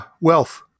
Wealth